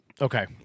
Okay